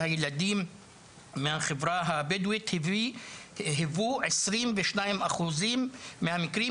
והילדים מהחברה הבדואית היוו 22% מהמקרים,